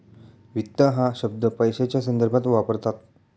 वित्त हा शब्द पैशाच्या संदर्भात वापरतात